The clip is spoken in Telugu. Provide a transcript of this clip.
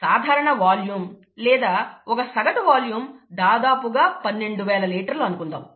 సాధారణ వాల్యూం లేదా ఒక సగటు వాల్యూం దాదాపుగా 12 వేల లీటర్లు అనుకుందాం